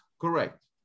correct